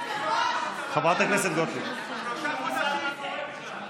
חבר הכנסת דוידסון,